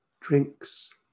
Drinks